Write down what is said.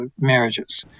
marriages